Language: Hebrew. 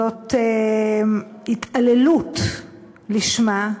זאת התעללות לשמה.